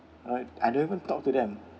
I I don't even talk to them